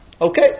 Okay